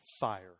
fire